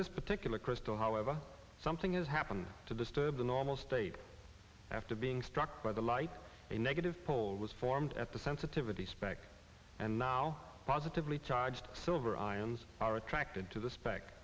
this particular crystal however something has happened to disturb the normal state after being struck by the light a negative pole was formed at the sensitivity spec and now positively charged silver ions are attracted to the speck